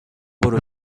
برو